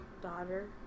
Daughter